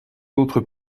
autres